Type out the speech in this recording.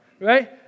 Right